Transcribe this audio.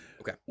Okay